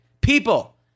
People